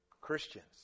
Christians